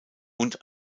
und